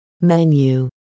menu